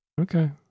Okay